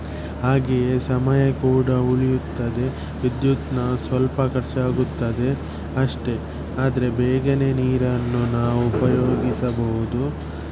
ಹಾಗೆಯೇ ಸಮಯ ಕೂಡ ಉಳಿಯುತ್ತದೆ ವಿದ್ಯುತ್ನ ಸ್ವಲ್ಪ ಖರ್ಚಾಗುತ್ತದೆ ಅಷ್ಟೆ ಆದರೆ ಬೇಗನೆ ನೀರನ್ನು ನಾವು ಉಪಯೋಗಿಸಬಹುದು